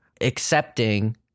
accepting